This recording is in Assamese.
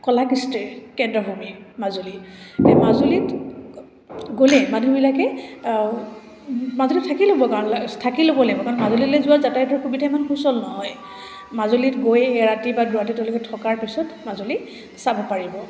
কলাকৃষ্টীৰ কেন্দ্ৰভূমি মাজুলী এই মাজুলীত গ'লে মানুহবিলাকে মাজুলীত থাকি ল'ব কাৰণ থাকি ল'ব লাগিব কাৰণ মাজুলীলৈ যোৱা যাতায়তৰ সুবিধা ইমান সুচল নহয় মাজুলীত গৈ এৰাতি বা দুৰাতি তেওঁলোকে থকাৰ পিছত মাজুলী চাব পাৰিব